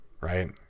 right